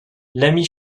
l’ami